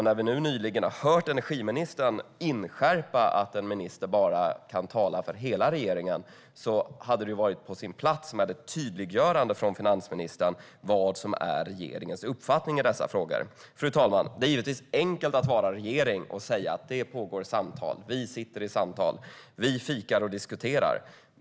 När vi nu har hört energiministern inskärpa att en minister bara kan tala för hela regeringen hade det varit på sin plats med ett tydliggörande från finansministern om vad som är regeringens uppfattning i dessa frågor. Fru talman! Det är givetvis enkelt att vara regering och säga att det pågår samtal: Vi fikar och diskuterar!